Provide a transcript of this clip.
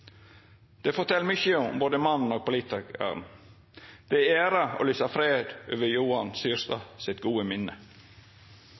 Det fortel mykje om både mannen og politikaren. Det er ei ære å lysa fred over Johan Syrstad